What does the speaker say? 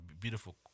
beautiful